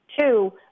Two